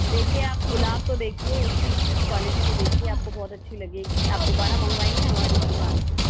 देखिये आप गुलाब तो देखिये उसकी क्वालिटी तो देखिए आपको बहुत अच्छी लगेगी आप दुबारा मंगवाएंगे हमारी दुकान से